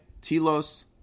Telos